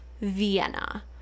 vienna